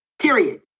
period